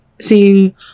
seeing